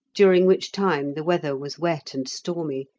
during which time the weather was wet and stormy,